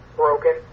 broken